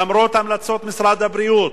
למרות המלצות משרד הבריאות,